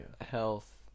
Health